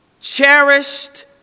cherished